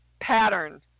pattern